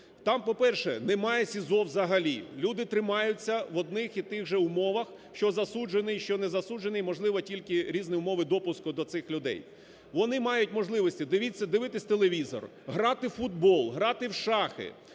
Там, по-перше, немає СІЗО взагалі. Люди тримаються в одних і тих же умовах, що засуджений, що незасуджений, можливо, тільки умови допуску до цих людей. Вони мають можливості дивитися телевізор, грати в футбол, грати в шахи.